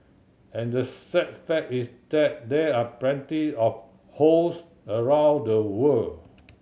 and the sad fact is that there are plenty of hosts around the world